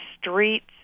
streets